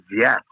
yes